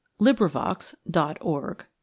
LibriVox.org